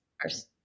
first